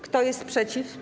Kto jest przeciw?